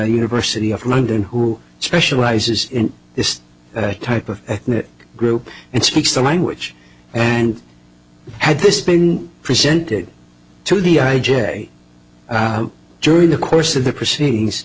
university of london who specializes in this type of group and speaks the language and had this been presented to the i j a during the course of the proceedings